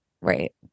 Right